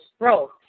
growth